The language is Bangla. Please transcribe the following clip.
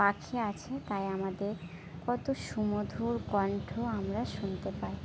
পাখি আছে তাই আমাদের কত সুমধুর কণ্ঠ আমরা শুনতে পাই